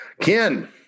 Ken